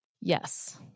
Yes